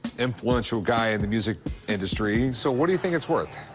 influential guy in the music industry so what do you think it's worth?